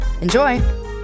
Enjoy